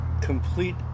Complete